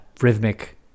rhythmic